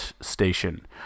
Station